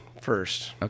first